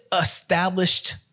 established